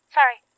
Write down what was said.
Sorry